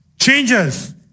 changes